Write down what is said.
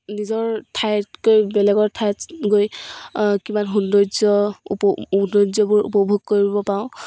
নিজৰ ঠাইতকৈ বেলেগৰ ঠাইত গৈ কিমান সৌন্দৰ্য উপ সৌন্দৰ্যবোৰ উপভোগ কৰিব পাওঁ